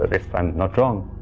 if i am not wrong